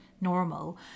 normal